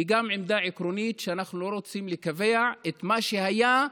היא גם עמדה עקרונית שאנחנו לא רוצים לקבע את מה שהיה,